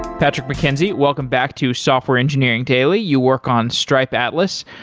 patrick mckenzie, welcome back to software engineering daily. you work on stripe atlas.